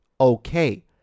okay